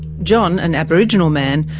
john, an aboriginal man,